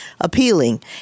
appealing